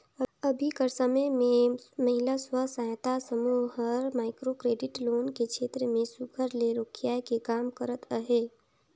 अभीं कर समे में महिला स्व सहायता समूह हर माइक्रो क्रेडिट लोन के छेत्र में सुग्घर ले रोखियाए के काम करत अहे